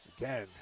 Again